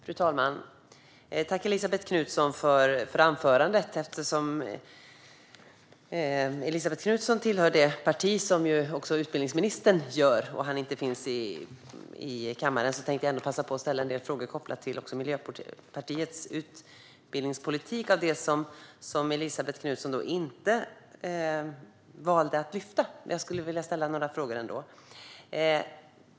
Fru talman! Jag tackar Elisabet Knutsson för anförandet. Elisabet Knutsson tillhör samma parti som utbildningsministern, men han finns inte i kammaren, så jag tänkte passa på att ställa en del frågor till henne kopplat till Miljöpartiets utbildningspolitik, även om det gäller sådant som hon valde att inte ta upp i sitt anförande.